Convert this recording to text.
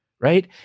right